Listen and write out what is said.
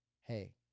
hey